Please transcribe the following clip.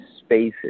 spaces